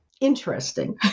interesting